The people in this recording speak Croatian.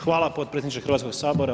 Hvala potpredsjedniče Hrvatskog sabora.